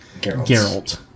Geralt